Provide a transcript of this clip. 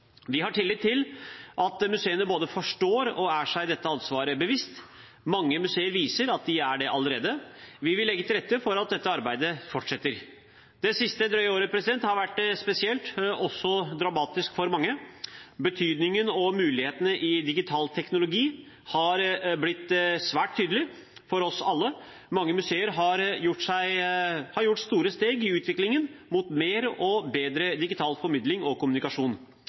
er seg bevisst dette ansvaret. Mange museer viser at de er det allerede. Vi vil legge til rette for at dette arbeidet fortsetter. Det siste drøye året har vært spesielt, og også dramatisk for mange. Betydningen av og mulighetene i digital teknologi har blitt svært tydelig for oss alle. Mange museer har tatt store steg i utviklingen mot mer og bedre digital formidling og kommunikasjon.